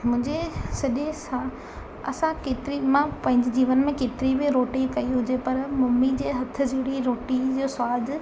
मुंहिंजे सॼे सां असां केतिरी मां पंहिंजे जीवन में केतिरी बि रोटी कयूं हुजे पर मम्मी जे हथु जहिड़ी रोटी जो सवादु